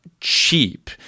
cheap